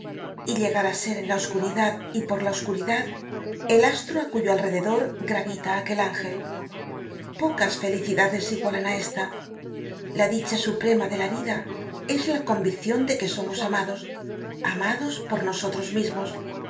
y llegar á ser en la oscuridad y por la oscuridad el astro á cuyo alrededor gravita aquel ángel pocas felicidades igualan á esta la dicha suprema de la vida es la conviccion de que somos amados amados por nosotros mismos